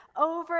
over